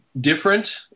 different